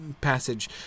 passage